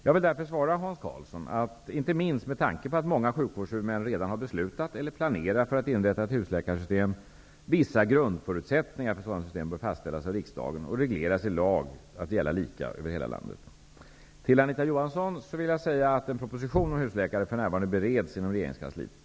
Jag vill därför svara Hans Karlsson att -- inte minst med tanke på att många sjukvårdshuvudmän redan har beslutat eller planerar för att inrätta ett husläkarsystem -- vissa grundförutsättningar för ett sådant system bör fastställas av riksdagen och regleras i lag att gälla lika över hela landet. Till Anita Johansson vill jag säga att en proposition om husläkare för närvarande bereds inom regeringskansliet.